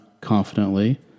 confidently